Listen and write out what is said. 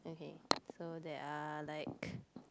okay so there are like